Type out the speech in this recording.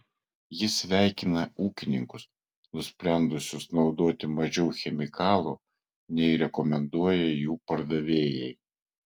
jis sveikina ūkininkus nusprendusius naudoti mažiau chemikalų nei rekomenduoja jų pardavėjai